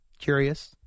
curious